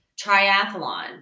triathlon